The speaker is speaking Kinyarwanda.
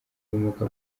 ubumuga